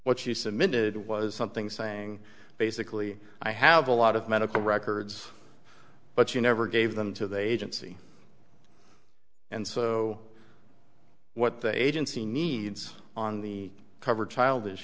what she submitted was something saying basically i have a lot of medical records but you never gave them to the agency and so what the agency needs on the cover child